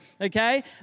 okay